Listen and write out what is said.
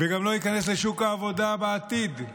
וגם לא ייכנס לשוק העבודה בעתיד.